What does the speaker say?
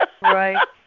Right